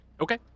Okay